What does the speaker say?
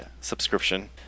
subscription